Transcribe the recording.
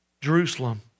Jerusalem